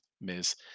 Ms